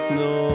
no